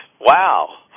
Wow